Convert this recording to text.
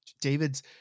David's